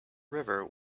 river